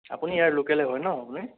আপুনি ইয়াৰ লোকেলেই হয় ন আপুনি